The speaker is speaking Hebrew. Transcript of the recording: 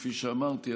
כפי שאמרתי,